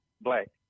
black